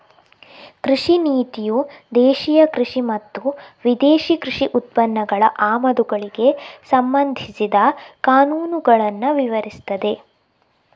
ಕೃಷಿ ನೀತಿಯು ದೇಶೀಯ ಕೃಷಿ ಮತ್ತು ವಿದೇಶಿ ಕೃಷಿ ಉತ್ಪನ್ನಗಳ ಆಮದುಗಳಿಗೆ ಸಂಬಂಧಿಸಿದ ಕಾನೂನುಗಳನ್ನ ವಿವರಿಸ್ತದೆ